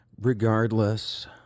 regardless